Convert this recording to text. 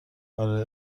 آره